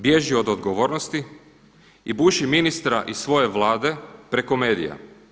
Bježi od odgovornosti i buši ministra iz svoje Vlade preko medija.